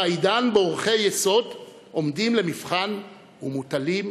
בעידן שערכי יסוד עומדים למבחן ומוטלים בספק,